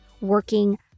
working